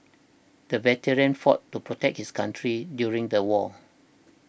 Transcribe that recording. the veteran fought to protect his country during the war